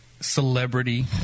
celebrity